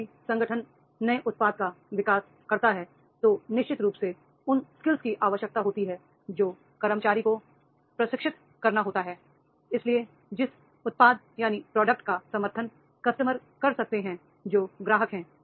जब भी संगठन नए उत्पाद का विकास करता है तो निश्चित रूप से उन कौशलों की आवश्यकता होती है जो कर्मचारी को प्रशिक्षित करना होता है इसलिए जिस प्रोडक्ट्स का समर्थन ग्राहक कर सकते हैं जो ग्राहक हैं